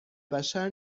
بشر